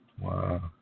Wow